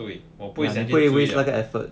对我不会想去追